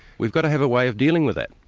we've got to have a way of dealing with that.